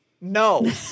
no